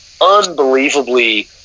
unbelievably